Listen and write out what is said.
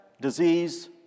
disease